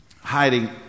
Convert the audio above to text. hiding